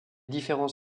différents